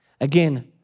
again